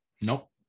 Nope